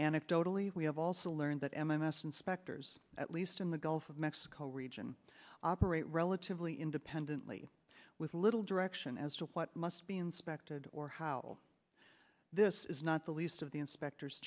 anecdotally we have also learned that m m s inspectors at least in the gulf of mexico region operate relatively independently with little direction as to what must be inspected or how this is not the least of the inspectors